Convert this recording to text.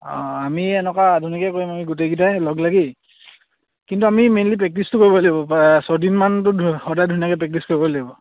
অঁ আমি এনেকুৱা আধুনিকেই কৰিম আমি গোটেইকেইটাই লগ লাগি কিন্তু আমি মেইনলি প্ৰেক্টিচটো কৰিব লাগিব ছদিনমানতো সদায় ধুনীয়াকৈ প্ৰেক্টিচ কৰিব লাগিব